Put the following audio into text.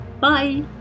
Bye